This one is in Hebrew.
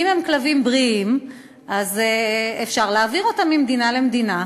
אם הם כלבים בריאים אפשר להעביר אותם ממדינה למדינה,